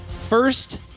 first